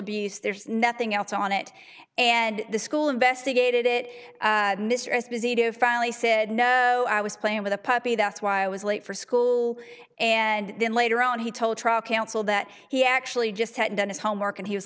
abuse there's nothing else on it and the school investigated it mr esposito finally said no i was playing with a puppy that's why i was late for school and then later on he told trial counsel that he actually just hadn't done his homework and he was